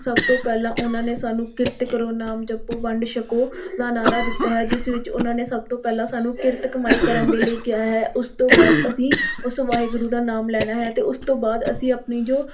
ਸਭ ਤੋਂ ਪਹਿਲਾਂ ਉਹਨਾਂ ਨੇ ਸਾਨੂੰ ਕਿਰਤ ਕਰੋ ਨਾਮ ਜਪੋ ਵੰਡ ਛਕੋ ਦਾ ਨਾਅਰਾ ਦਿੱਤਾ ਹੈ ਜਿਸ ਵਿੱਚ ਉਹਨਾਂ ਨੇ ਸਭ ਤੋਂ ਪਹਿਲਾਂ ਸਾਨੂੰ ਕਿਰਤ ਕਮਾਈ ਕਰਨ ਦੇ ਲਈ ਕਿਹਾ ਹੈ ਉਸ ਤੋਂ ਬਾਅਦ ਅਸੀਂ ਉਸ ਵਾਹਿਗੁਰੂ ਦਾ ਨਾਮ ਲੈਣਾ ਹੈ ਅਤੇ ਉਸ ਤੋਂ ਬਾਅਦ ਅਸੀਂ ਆਪਣੀ ਜੋ